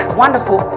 wonderful